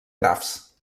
grafs